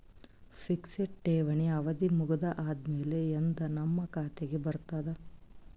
Fixed ಠೇವಣಿ ಅವಧಿ ಮುಗದ ಆದಮೇಲೆ ಎಂದ ನಮ್ಮ ಖಾತೆಗೆ ಬರತದ?